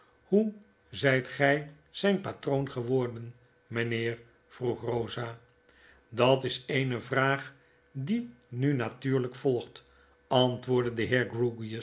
hoe zyt gij zyn patroon geworden mynheer vroeg eosa dat is eene vraag die nu natuurlp volgt antwoordde de